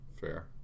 Fair